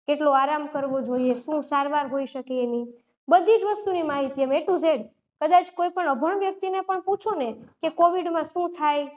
કેટલો આરામ કરવો જોઈએ શું સારવાર હોઇ શકે એની બધી જ વસ્તુની માહિતી એમ એ ટુ ઝેડ કદાચ કોઈપણ અભણ વ્યક્તિને પણ પૂછો ને કે કોવિડમાં શું થાય